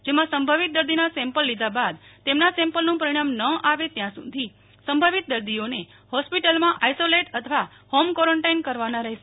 જેમાં સંભવિત દર્દીના સેમ્પલ લીધા બાદ તેમના સેમ્પલનું પરિણામ ન આવે ત્યાં સુધી સંભવિત દર્દીઓને ફોસ્પિટલમાં આઈસોલેટેડ અથવા હોમ ક્વોરેન્ટાઈન કરવાના રહેશે